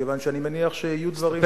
כי אני מניח שיהיו דברים שיתפתחו.